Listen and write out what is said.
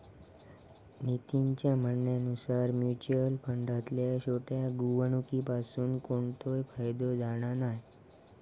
नितीनच्या म्हणण्यानुसार मुच्युअल फंडातल्या छोट्या गुंवणुकीपासून कोणतोय फायदो जाणा नाय